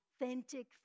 authentic